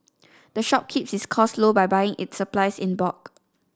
the shop keeps its costs low by buying its supplies in bulk